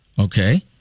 Okay